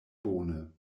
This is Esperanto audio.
bone